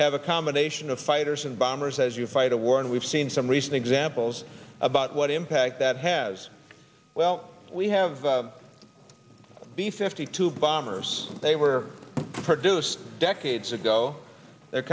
have a combination of fighters and bombers as you fight a war and we've seen some recent examples about what impact that has well we have the b fifty two bombers they were produced decades ago they're